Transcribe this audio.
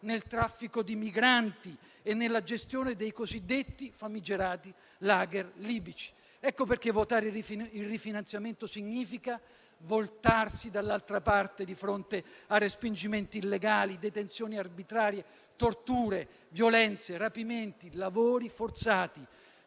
nel traffico di migranti e nella gestione dei cosiddetti, famigerati *lager* libici. Ecco perché votare il rifinanziamento significa voltarsi dall'altra parte di fronte a respingimenti illegali, detenzioni arbitrarie, torture, violenze, rapimenti, lavori forzati.